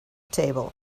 table